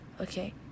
okay